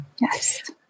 Yes